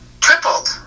tripled